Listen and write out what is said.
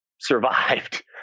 survived